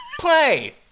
play